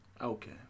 Okay